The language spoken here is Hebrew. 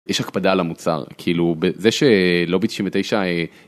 יש הקפדה על המוצר כאילו בזה שלא בתשעים ותשע.